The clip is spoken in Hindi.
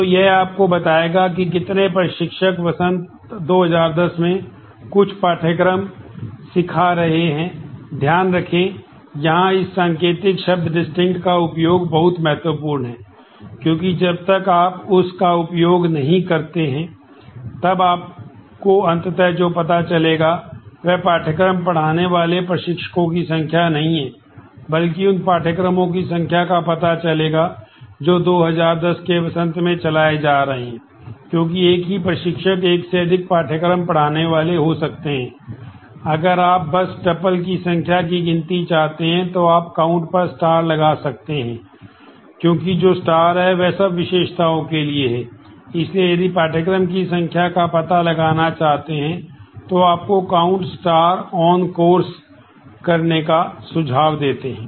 तो यह आपको बताएगा कि कितने प्रशिक्षक वसंत 2010 में कुछ पाठ्यक्रम सिखा रहे हैं ध्यान रखें यहां इस संकेत शब्द डिस्टिंक्ट करने का सुझाव देते हैं